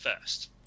first